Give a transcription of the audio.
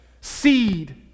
seed